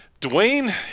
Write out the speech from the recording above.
Dwayne